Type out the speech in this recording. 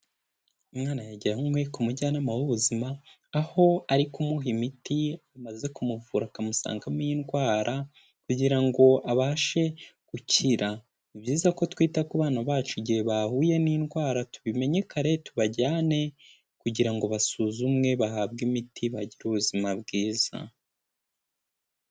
Umwana yajyanywe ku mujyanama w'ubuzima aho ari kumuha imiti amaze kumuvura akamusangamo indwara kugira ngo abashe gukira. Ni byiza ko twita ku bana bacu igihe bahuye n'indwara tubimenye kare tubajyane kugira ngo basuzumwe bahabwe imiti bagire ubuzima bwiza.